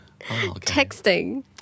Texting